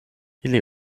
ili